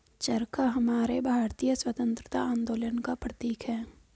चरखा हमारे भारतीय स्वतंत्रता आंदोलन का प्रतीक है